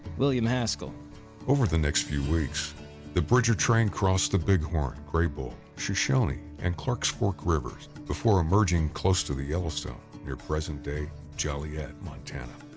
william haskell over the next few weeks the bridger train crossed the bighorn, graybull, shoshone and clarks fork rivers before emerging close to the yellowstone near present-day joliet, montana.